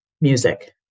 music